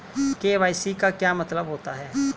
KYC का क्या मतलब होता है?